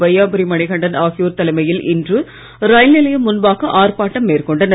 வையாபுரி மணிகண்டன் ஆகியோர் தலைமையில் இன்று ரயில் நிலையம் முன்பாக ஆர்ப்பாட்டம் மேற்கொண்டனர்